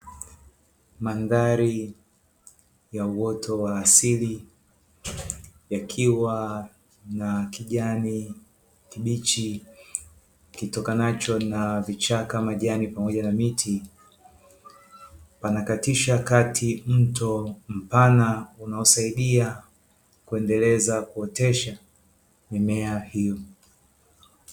Mandhari ya uoto wa asili, yakiwa na kijani kibichi kitokanacho na vichaka, majani pamoja na miti, panakatisha kati mto mpana unaosaidia kuendeleza kuotesha mimea hiyo.